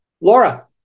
Laura